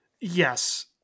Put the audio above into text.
Yes